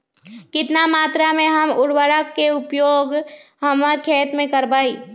कितना मात्रा में हम उर्वरक के उपयोग हमर खेत में करबई?